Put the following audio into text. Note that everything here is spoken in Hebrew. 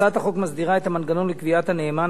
הצעת החוק מסדירה את המנגנון לקביעת הנאמן.